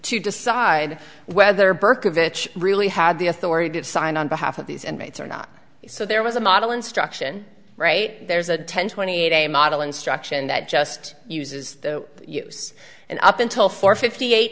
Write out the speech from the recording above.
to decide whether berkovitz really had the authority to sign on behalf of these and mates or not so there was a model instruction right there's a ten twenty eight day model instruction that just uses the use and up until four fifty eight